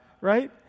right